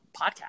podcast